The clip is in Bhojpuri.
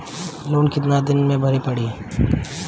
लोन कितना दिन मे भरे के पड़ी?